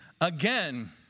again